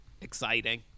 exciting